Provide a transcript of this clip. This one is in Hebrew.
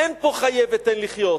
אין פה חיה ותן לחיות